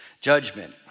judgment